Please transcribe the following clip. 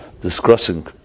discussing